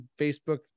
facebook